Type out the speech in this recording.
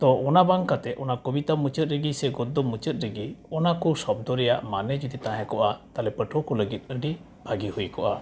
ᱛᱚ ᱚᱱᱟ ᱵᱟᱝ ᱠᱟᱛᱮᱫ ᱚᱱᱟ ᱠᱚᱵᱤᱛᱟ ᱢᱩᱪᱟᱹᱫ ᱨᱮᱜᱮ ᱥᱮ ᱜᱚᱫᱽᱫᱚ ᱢᱩᱪᱟᱹᱫ ᱨᱮᱜᱮ ᱚᱱᱟᱠᱚ ᱥᱚᱵᱽᱫᱚ ᱨᱮᱭᱟᱜ ᱢᱟᱱᱮ ᱡᱩᱫᱤ ᱛᱟᱦᱮᱸᱠᱚᱜᱼᱟ ᱛᱟᱦᱚᱞᱮ ᱯᱟᱹᱴᱷᱩᱣᱟᱹ ᱠᱚ ᱞᱟᱹᱜᱤᱫ ᱟᱹᱰᱤ ᱵᱷᱟᱜᱮ ᱦᱩᱭᱠᱚᱜᱼᱟ